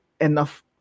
enough